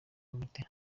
martin